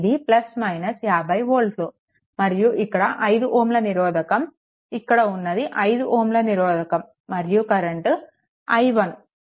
ఇది 50 వోల్ట్లు మరియు ఇక్కడ 5 Ω నిరోధకం ఇక్కడ ఉన్నది 5 Ω నిరోధకం మరియు కరెంట్ i1